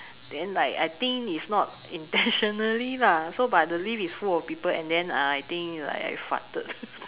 then like I think it's not intentionally lah so but the lift is full of people and then uh I think like I farted